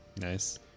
Nice